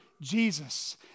Jesus